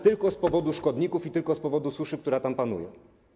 Tylko z powodu szkodników i tylko z powodu suszy, która tam panuje.